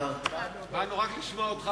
באנו רק לשמוע אותך,